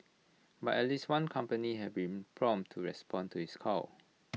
but at least one company has been prompt to respond to his call